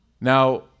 Now